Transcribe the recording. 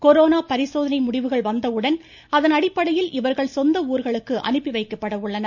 corona பரிசோதனை முடிவுகள் வந்தவுடன் அதன் அடிப்படையில் இவர்கள் சொந்த ஊர்களுக்கு அனுப்பி வைக்கப்பட உள்ளனர்